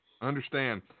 Understand